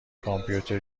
کامپیوتر